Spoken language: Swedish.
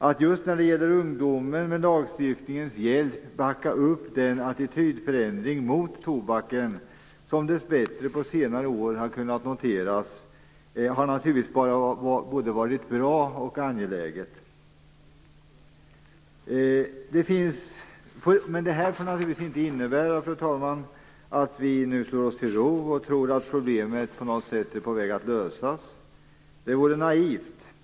Att just när det gäller ungdomen med lagstiftningens hjälp backa upp den attitydförändring mot tobaken som dessbättre på senare år har kunnat noteras har naturligtvis både varit bra och angeläget. Men det här får naturligtvis inte, fru talman, innebära att vi nu slår oss till ro och tror att problemet på något sätt är på väg att lösas. Det vore naivt.